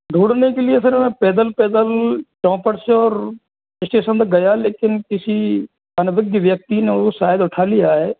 ढूंढने के लिए सर मैं पैदल पैदल चौपड़ से और स्टेशन तक गया लेकिन किसी अन्विघ्त व्यक्ति ने वो शायद उठा लिया है